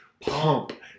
pump